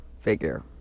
figure